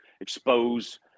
expose